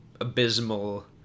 abysmal